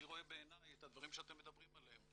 אני רואה בעיני את הדברים שאתם מדברים עליהם.